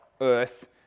earth